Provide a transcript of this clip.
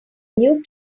new